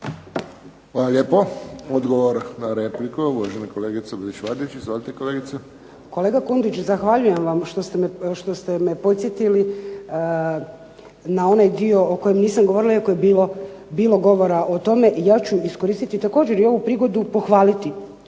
Hvala lijepo. Odgovor na repliku uvažena kolegica Bilić Vardić. Izvolite kolegice. **Bilić Vardić, Suzana (HDZ)** Kolega Kundić, zahvaljujem vam što ste me podsjetili na onaj dio o kojem nisam govorila iako je bilo govora o tome. Ja ću iskoristiti također i ovu prigodu pohvaliti